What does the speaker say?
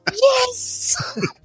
yes